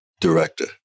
director